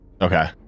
Okay